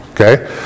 okay